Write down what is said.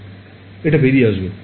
ছাত্র এটা বেরিয়ে আসবে